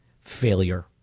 failure